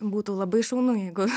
būtų labai šaunu jeigu